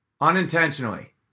unintentionally